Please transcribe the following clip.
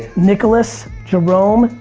nicholas, jerome,